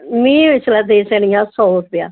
मिगी अंऊ देई सकनी सौ रपेआ